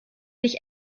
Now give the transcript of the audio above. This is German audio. sich